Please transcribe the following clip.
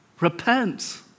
Repent